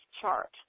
chart